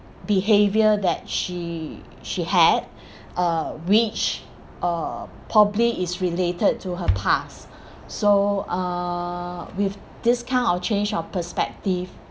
behaviour that she she had uh which uh probably is related to her past so uh with this kind of change of perspective